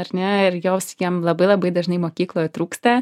ar ne ir jos jiem labai labai dažnai mokykloje trūksta